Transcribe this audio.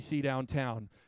downtown